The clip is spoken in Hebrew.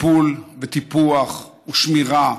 טיפול וטיפוח ושמירה.